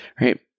right